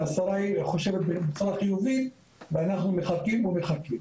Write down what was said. השרה חושבת שצורה חיובית ואנחנו מחכים ומחכים.